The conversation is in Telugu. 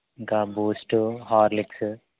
ఇంకా బూస్టు హార్లిక్సు